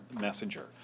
messenger